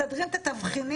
מסדרים את התבחינים,